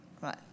Right